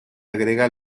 agrega